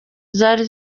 zari